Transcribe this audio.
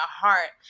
heart